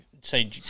say